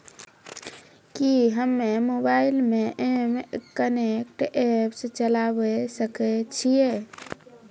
कि हम्मे मोबाइल मे एम कनेक्ट एप्प चलाबय सकै छियै?